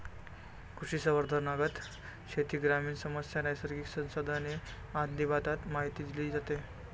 कृषिसंवादांतर्गत शेती, ग्रामीण समस्या, नैसर्गिक संसाधने आदींबाबत माहिती दिली जाते